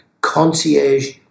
concierge